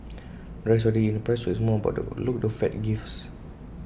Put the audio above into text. the rise is already in the price so it's more about the outlook the fed gives